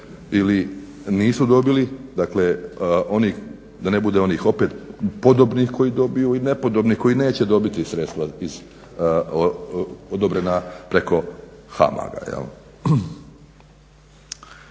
ili nisu dobili. Dakle da ne bude opet onih podobnih koji dobiju i nepodobnih koji neće dobiti sredstva odobrena preko HAMAG-a.